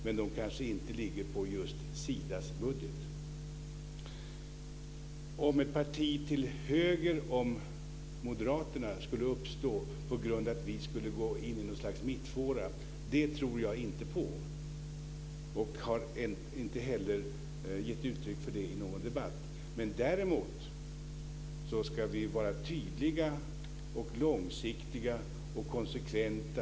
Men de kanske inte ligger på just Att ett parti till höger om moderaterna skulle uppstå på grund av att vi skulle gå in i något slags mittfåra tror jag inte på. Jag har heller inte gett uttryck för det i någon debatt. Däremot ska vi vara tydliga, långsiktiga och konsekventa.